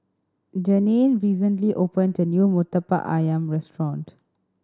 Jeannine recently opened the new Murtabak Ayam restaurant